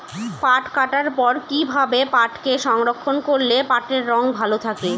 পাট কাটার পর কি ভাবে পাটকে সংরক্ষন করলে পাটের রং ভালো থাকে?